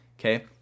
okay